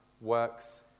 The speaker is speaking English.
works